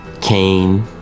Cain